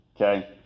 okay